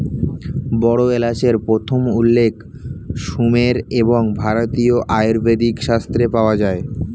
বড় এলাচের প্রথম উল্লেখ সুমের এবং ভারতীয় আয়ুর্বেদিক শাস্ত্রে পাওয়া যায়